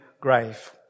grave